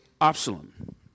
Absalom